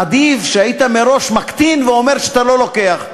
עדיף שהיית מראש מקטין ואומר שאתה לא לוקח.